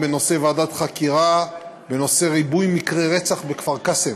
ועדת חקירה בנושא ריבוי מקרי רצח בכפר קאסם.